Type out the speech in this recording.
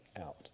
out